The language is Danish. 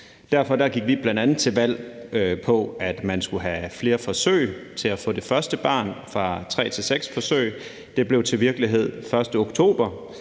Derfor gik vi bl.a. til valg på, at man skulle have flere forsøg til at få det første barn, altså at man i stedet for